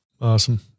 Awesome